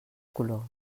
color